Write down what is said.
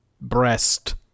breast